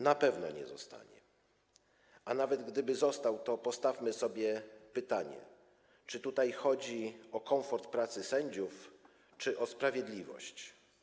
Na pewno nie zostanie, a nawet gdyby został, to postawmy sobie pytanie, czy chodzi tutaj o komfort pracy sędziów, czy o sprawiedliwość.